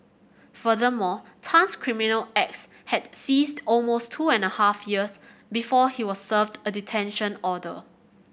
furthermore Tan's criminal acts had ceased almost two and a half years before he was served a detention order